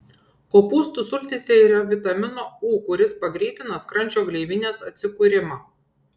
kopūstų sultyse yra vitamino u kuris pagreitina skrandžio gleivinės atsikūrimą